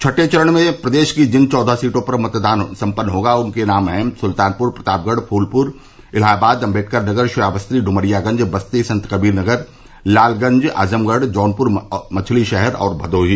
छठें चरण में प्रदेश की जिन चौदह सीटों पर मतदान सम्पन्न होना है उनके नाम हैं सुल्तानपुर प्रतापगढ़ फूलपुर इलाहाबाद आम्बेडकरनगर श्रावस्ती ड्मरियागंज बस्ती संतकबीरनगर लालगंज आजमगढ़ जौनपुर मछलीशहर और भदोही